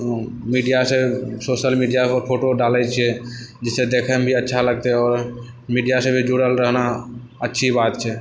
मीडियासँ social मीडियापर photo डालै छियै जाहिसँ देखैमे भी अच्छा लगतै आओर मीडियासँ भी जुड़ल रहना अच्छी बात छै